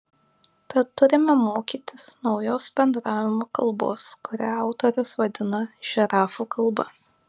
tad turime mokytis naujos bendravimo kalbos kurią autorius vadina žirafų kalba